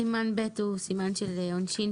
סימן ב' הוא סימן של עונשין,